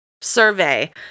survey